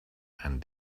and